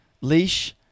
leash